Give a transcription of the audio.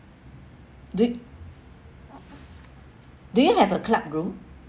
do do you have a club room